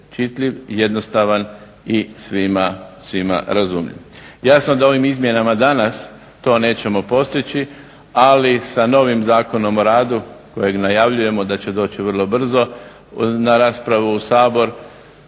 čitljiv, jednostavan i svima razumljiv. Jasno da ovim izmjenama danas to nećemo postići ali sa novim zakonom o radu kojeg najavljujemo da će doći vrlo brzo na raspravu u Sabor